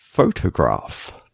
Photograph